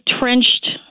trenched